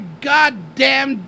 goddamn